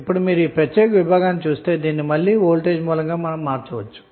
ఇప్పుడు మీరు ఈ ప్రత్యేక విభాగాన్ని చూస్తే దీన్ని మళ్లీ వోల్టేజ్ సోర్స్ గా మార్చవచ్చు